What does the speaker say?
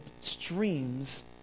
streams